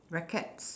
rackets